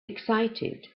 excited